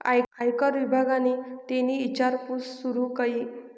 आयकर विभागनि तेनी ईचारपूस सूरू कई